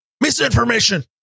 Misinformation